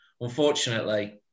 Unfortunately